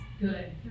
good